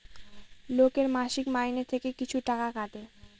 লোকের মাসিক মাইনে থেকে কিছু টাকা কাটে